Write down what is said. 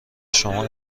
شما